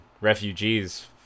refugees